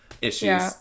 issues